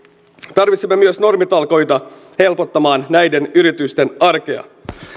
tarvitsemme myös normitalkoita helpottamaan näiden yritysten arkea